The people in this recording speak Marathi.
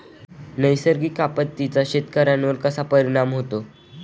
नैसर्गिक आपत्तींचा शेतकऱ्यांवर कसा परिणाम होतो?